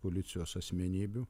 koalicijos asmenybių